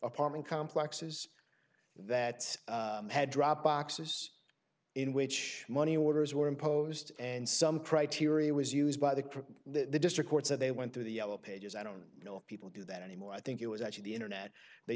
apartment complexes that had drop boxes in which money orders were imposed and some criteria was used by the district court so they went through the yellow pages i don't know people do that anymore i think it was actually the internet they